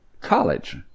college